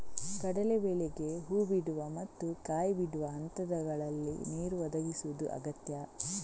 ಕಡಲೇ ಬೇಳೆಗೆ ಹೂ ಬಿಡುವ ಮತ್ತು ಕಾಯಿ ಬಿಡುವ ಹಂತಗಳಲ್ಲಿ ನೀರು ಒದಗಿಸುದು ಅಗತ್ಯ